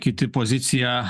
kiti poziciją